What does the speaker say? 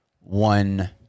One